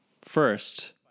First